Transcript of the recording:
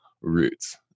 roots